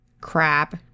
crap